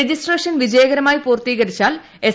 registration വിജയകരമായി പൂർത്തീകരിച്ചാൽ S